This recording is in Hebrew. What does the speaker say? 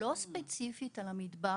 לא ספציפית על המבטח.